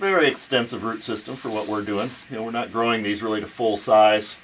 very extensive root system for what we're doing you know we're not growing these really to full size